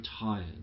tired